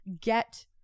get